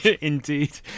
Indeed